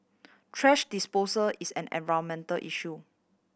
thrash disposal is an environmental issue